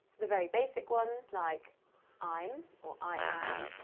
the very basic ones like i'm or i am.